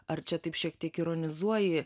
ar čia taip šiek tiek ironizuoji